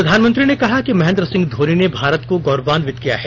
प्रधानमंत्री ने कहा कि महेंद्र सिंह धोनी ने भारत को गौरवान्वित किया है